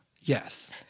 Yes